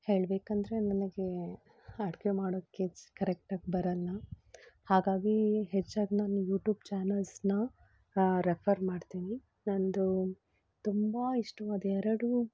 ಹೇಳಬೇಕಂದ್ರೆ ನನಗೆ ಅಡುಗೆ ಮಾಡೋಕ್ಕೆ ಕರೆಕ್ಟಾಗಿ ಬರಲ್ಲ ಹಾಗಾಗಿ ಹೆಚ್ಚಾಗಿ ನಾನು ಯೂಟ್ಯೂಬ್ ಚಾನಲ್ಸನ್ನ ರೆಫರ್ ಮಾಡ್ತೀನಿ ನನ್ನದು ತುಂಬ ಇಷ್ಟವಾದ ಎರಡು